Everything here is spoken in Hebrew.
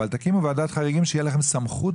אבל תקימו ועדת חריגים שתהיה לכם סמכות